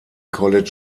college